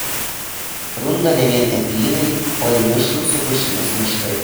runda ne vien eglynai o ir mišrūs su pušimis miškai